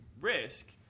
risk